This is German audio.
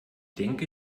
denke